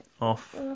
off